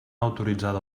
autoritzada